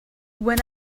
when